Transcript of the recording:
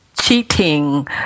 Cheating